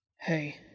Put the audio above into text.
Hey